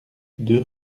deux